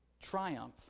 Triumph